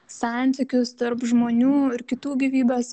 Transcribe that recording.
santykius tarp žmonių ir kitų gyvybės